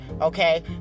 okay